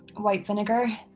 white vinegar,